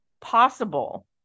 possible